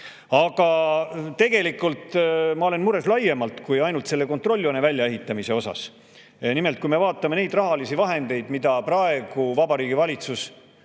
Tegelikult ma olen mures laiemalt kui ainult kontrolljoone väljaehitamise pärast. Nimelt, kui me vaatame neid rahalisi vahendeid, mida Vabariigi Valitsus